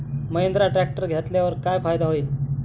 Mahindra tractor घेतल्यावर काय फायदा होईल?